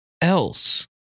else